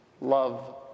Love